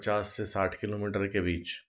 पचास से साठ किलोमीटर के बीच